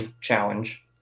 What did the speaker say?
challenge